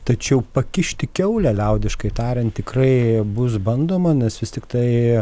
tačiau pakišti kiaulę liaudiškai tariant tikrai bus bandoma nes vis tiktai